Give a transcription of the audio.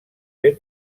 ben